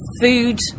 food